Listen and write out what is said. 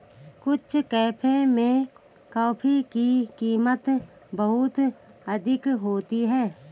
कुछ कैफे में कॉफी की कीमत बहुत अधिक होती है